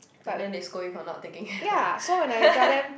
and then they scold you for not taking care of it